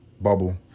bubble